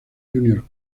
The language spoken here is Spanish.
junior